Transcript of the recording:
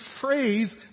phrase